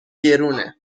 گرونه